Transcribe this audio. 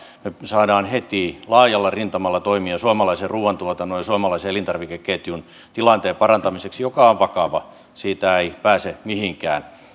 saadaan heti laajalla rintamalla toimia suomalaisen ruuantuotannon ja suomalaisen elintarvikeketjun tilanteen parantamiseksi joka on vakava siitä ei pääse mihinkään